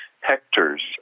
hectares